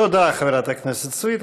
תודה לחברת הכנסת סויד.